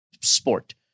sport